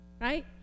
Right